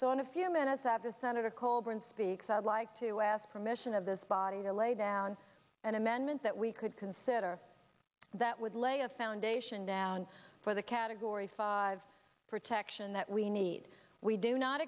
so in a few minutes after senator coburn speaks out like to ask permission of this body to lay down an amendment that we could consider that would lay a foundation down for the category five protection that we need we do not